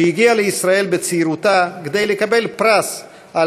שהגיעה לישראל בצעירותה כדי לקבל פרס על